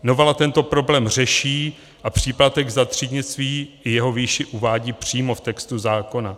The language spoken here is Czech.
Novela tento problém řeší a příplatek za třídnictví i jeho výši uvádí přímo v textu zákona.